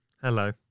Hello